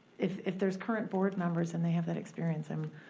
if if there's current board members and they have that experience, i'm